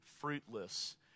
fruitless